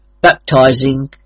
baptizing